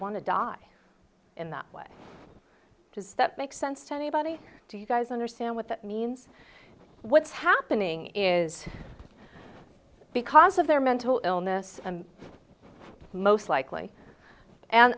want to die in that way does that make sense to anybody do you guys understand what that means what's happening is because of their mental illness most likely and